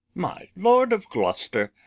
my lord of gloster,